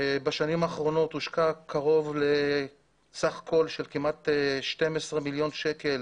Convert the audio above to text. בשנים האחרונות הושקעו כמעט 12 מיליון שקלים